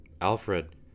Alfred